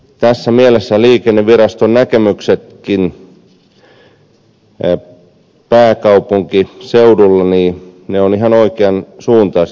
tässä mielessä liikennevirastonkin näkemykset pääkaupunkiseudulla ovat ihan oikean suuntaisia